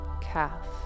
calf